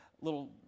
little